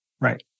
right